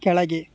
ಕೆಳಗೆ